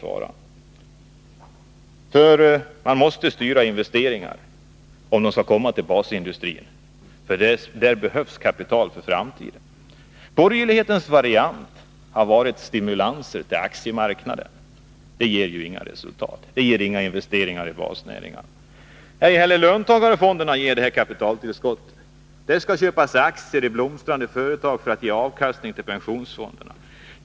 Man måste nämligen styra investeringarna, om de skall komma till basindustrin. Där behövs kapital för framtiden. Borgerlighetens variant har varit stimulanser till aktiemarknaden. Det ger inga resultat, inga investeringar i basnäringarna. Inte heller löntagarfonderna ger detta kapitaltillskott. Om de införs, skall man ju köpa aktier i blomstrande företag för att pengarna skall ge avkastning till pensionsfonderna.